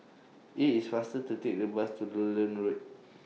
IT IS faster to Take The Bus to Lowland Road